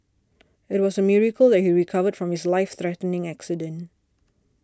it was a miracle that he recovered from his life threatening accident